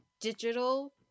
digital